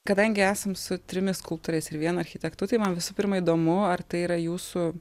kadangi esam su trimis skulptoriais ir vienu architektu tai man visų pirma įdomu ar tai yra jūsų